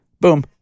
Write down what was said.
Boom